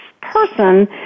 person